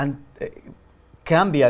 and they can b